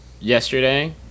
Yesterday